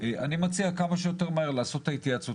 אני מציע כמה שיותר מהר לעשות את ההתייעצות